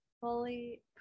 Fully